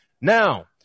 Now